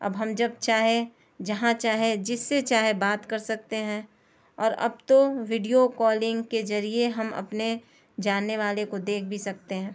اب ہم جب چاہیں جہاں چاہیں جس سے چاہیں بات کر سکتے ہیں اور اب تو ویڈیو کالنگ کے ذریعے ہم اپنے جاننے والے کو دیکھ بھی سکتے ہیں